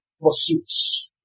pursuits